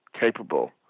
capable